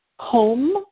Home